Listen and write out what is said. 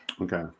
Okay